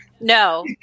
No